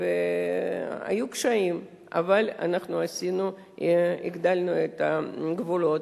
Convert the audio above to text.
והיו קשיים, אבל אנחנו הגדלנו את הגבולות.